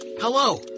Hello